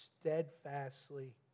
steadfastly